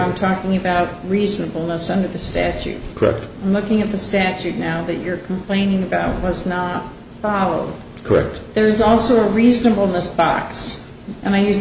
i'm talking about reasonableness under the statute correct looking at the statute now that you're complaining about does not follow correct there's also a reasonable this box and i use